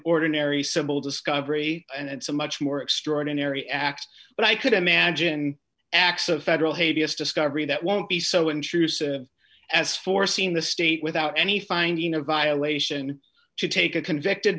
ordinary civil discovery and it's a much more extraordinary act but i could imagine acts of federal hate us discovery that won't be so intrusive as foreseen the state without any finding a violation to take a convicted